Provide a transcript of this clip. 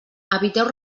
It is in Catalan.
eviteu